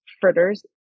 fritters